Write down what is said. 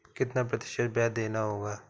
कितना प्रतिशत ब्याज देना होगा?